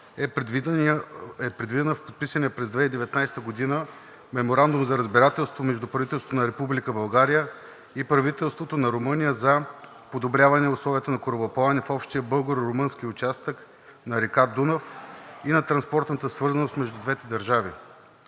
е предвидена в подписания през 2019 г. Меморандум за разбирателство между правителството на Република България и правителството на Румъния за подобряване условията на корабоплаване в общия българо-румънски участък на река Дунав и на транспортната свързаност между двете държави.